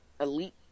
Elite